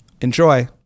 Enjoy